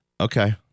Okay